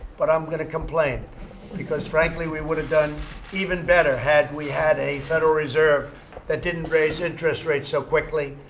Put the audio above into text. but i'm going to complain because, frankly, we would've done even better had we had a federal reserve that didn't raise interest rates so quickly.